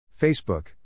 Facebook